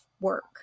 work